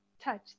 touch